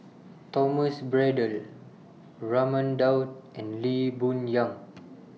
Thomas Braddell Raman Daud and Lee Boon Yang